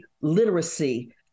literacy